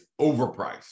overpriced